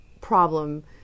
problem